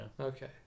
Okay